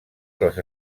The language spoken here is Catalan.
les